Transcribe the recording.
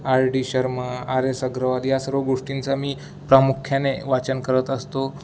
R D Sharma R A Agarwal या सर्व गोष्टींचा मी प्रामुख्याने वाचन करत असतो